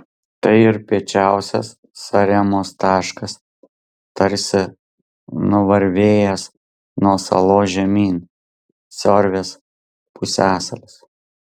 tai ir piečiausias saremos taškas tarsi nuvarvėjęs nuo salos žemyn siorvės pusiasalis